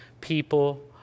People